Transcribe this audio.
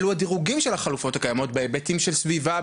אלו הדירוגים של החלופות שקיימות בהיבטים של סביבה,